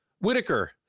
Whitaker